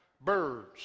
birds